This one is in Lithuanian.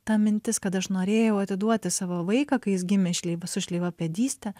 ta mintis kad aš norėjau atiduoti savo vaiką kai jis gimė šleiva su šleivapėdyste